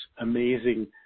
amazing